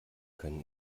können